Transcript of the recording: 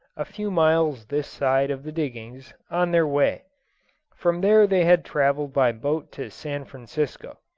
a few miles this side of the diggings, on their way from there they had travelled by boat to san francisco.